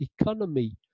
economy